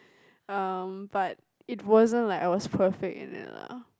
um but it wasn't like I was perfect in it lah